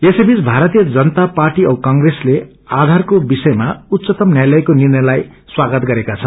यसैबीच भारतीय जनता पार्टी औ कांप्रेसले आधारको विषयमा उच्चतम न्यायालयको निर्णयलाई स्वागत गरेका छन्